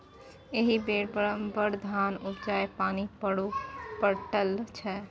एहि बेर बड़ धान उपजतै पानि बड्ड पड़ल छै